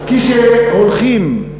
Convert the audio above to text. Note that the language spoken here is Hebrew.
וכשהולכים אי-אפשר,